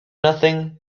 nothing